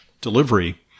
delivery